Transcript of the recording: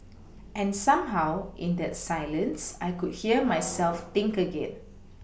and somehow in that silence I could hear myself think again